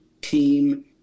team